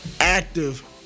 active